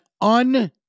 un